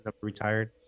retired